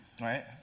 Right